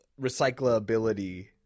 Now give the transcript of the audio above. recyclability